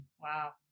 Wow